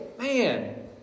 man